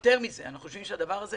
יותר מזה, אנחנו חושבים שזה בהחלט